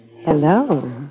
Hello